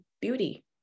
beauty